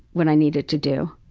what i needed to do.